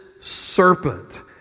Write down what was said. serpent